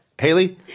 Haley